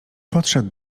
podszedł